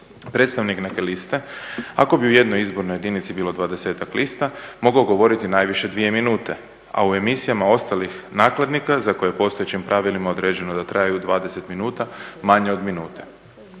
predstavnik neke liste ako bi u jednoj izbornoj jedinici bilo 20-ak lista mogao govoriti najviše 2 minute, a u emisijama ostalih nakladnika za koje je postojećim pravilima određeno da traju 20 minuta manje od minute.